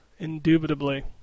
Indubitably